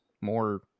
more